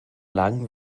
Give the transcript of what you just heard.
lang